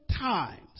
times